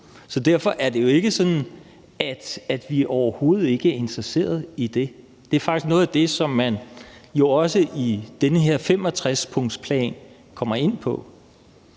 så derfor er det jo ikke sådan, at vi overhovedet ikke er interesseret i det. Det er faktisk noget af det, som man jo også kommer ind på